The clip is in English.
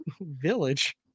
Village